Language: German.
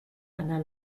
einer